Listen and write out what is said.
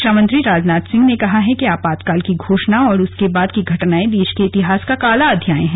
रक्षामंत्री राजनाथ सिंह ने कहा है कि आपातकाल की घोषणा और उसके बाद की घटनाएं देश के इतिहास का काला अध्याय है